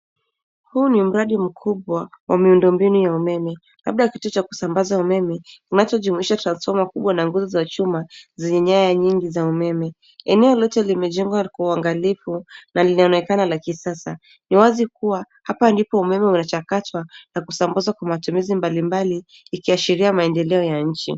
Huu ni mbradi mkubwa wa miundo mbinu ya umeme. labda kitu cha kusambaza umeme, unacho jimuisha transforma kubwa na nguzo za chuma zenye nyaya nyingi za umeme. Eneo lote limejengwa kwa uangalifu na linaonekana la ki sasa. Ni wazi kuwa hapa ndipo umeme unachakatwa na kusambazwa kwa matumizi mbalimbali ikiashiria maendeleo ya nchi.